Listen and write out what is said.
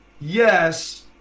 yes